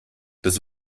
des